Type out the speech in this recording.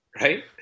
right